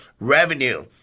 revenue